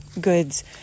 goods